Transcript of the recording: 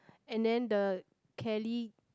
and then the Kelly